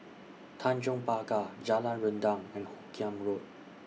Tanjong Pagar Jalan Rendang and Hoot Kiam Road